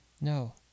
No